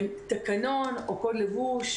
תקנון או קוד לבוש,